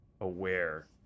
aware